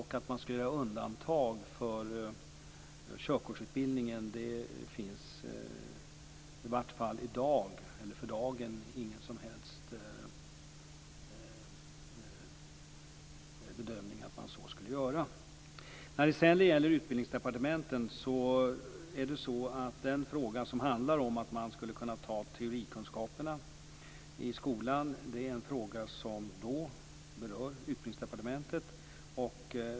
Att man skulle göra undantag för körkortsutbildningen finns i vart fall för dagen ingen bedömning att man så skulle göra. Frågan om att man skulle få teorikunskaperna i skolan är en fråga om berör Utbildningsdepartementet.